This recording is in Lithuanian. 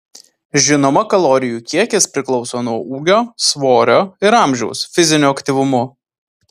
žinoma kalorijų kiekis priklauso nuo ūgio svorio ir amžiaus fizinio aktyvumo